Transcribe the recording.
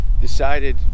decided